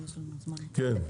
כן.